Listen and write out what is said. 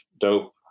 dope